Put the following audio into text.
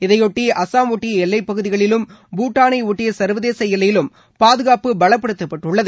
இதைபொட்டி அசாம் ஒட்டிய எல்லைப்பகுதிகளிலும் பூடாளை ஒட்டிய சர்வதேச எல்லையிலும் பாதுகாப்பு பலப்படுத்தப்பட்டுள்ளது